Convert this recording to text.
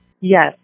Yes